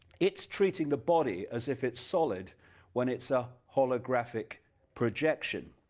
it's treating the body as if it's solid when it's a holographic projection,